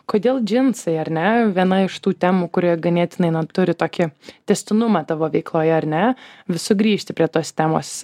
kodėl džinsai ar ne viena iš tų temų kuri ganėtinai na turi tokį tęstinumą tavo veikloj ar ne vis sugrįžti prie tos temos